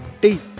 deep